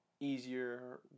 easier